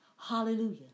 Hallelujah